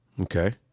Okay